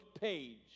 page